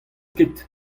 ket